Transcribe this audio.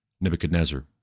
Nebuchadnezzar